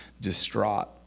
distraught